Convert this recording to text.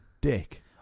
dick